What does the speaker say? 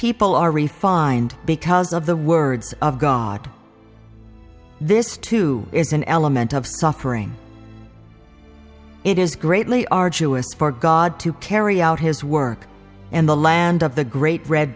people are refined because of the words of god this too is an element of suffering it is greatly arduous for god to carry out his work in the land of the great red